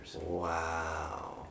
Wow